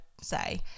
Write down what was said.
say